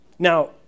Now